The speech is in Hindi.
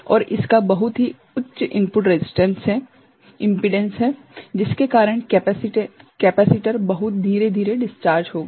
और इसका बहुत ही उच्च इनपुट इम्पीडेंस है जिसके कारण कैपेसिटर बहुत धीरे धीरे डिस्चार्ज होगा